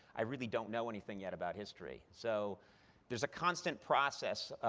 i really don't know anything yet about history. so there's a constant process,